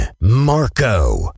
Marco